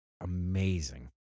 amazing